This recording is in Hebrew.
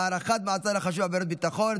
(הארכת מעצר לחשוד בעבירות ביטחון),